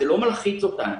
זה לא מלחיץ אותנו.